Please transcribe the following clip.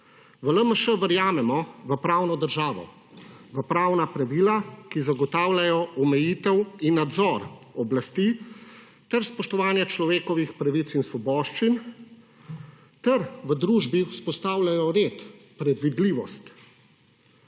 V LMŠ verjamemo v pravno državo, v pravna pravila, ki zagotavljajo omejitev in nadzor oblasti ter spoštovanje človekovih pravic in svoboščin ter v družbi vzpostavljajo red, predvidljivost,